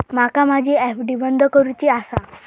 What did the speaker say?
माका माझी एफ.डी बंद करुची आसा